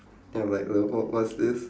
ya like like what what's this